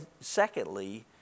secondly